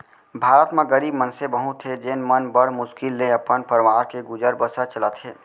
भारत म गरीब मनसे बहुत हें जेन मन बड़ मुस्कुल ले अपन परवार के गुजर बसर चलाथें